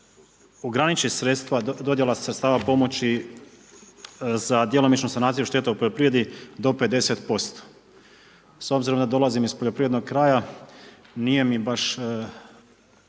ograniče sredstva, dodjela sredstava pomoći za djelomičnu sanaciju šteta u poljoprivredi do 50%. S obzirom da dolazim iz poljoprivrednog kraja, nije mi to